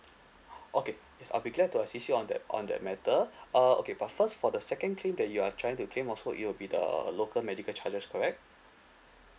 okay I'll be glad to assist you on that on that matter uh okay but first for the second claim that you are trying to claim also it will be the local medical charges correct